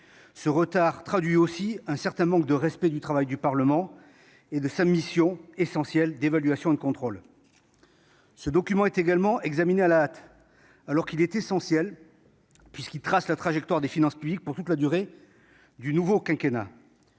Ce retard traduit aussi un certain manque de respect du travail du Parlement et de sa mission essentielle d'évaluation et de contrôle. Nous devons examiner à la hâte ce document, alors qu'il est essentiel puisqu'il dessine la trajectoire des finances publiques pour toute la durée du nouveau quinquennat.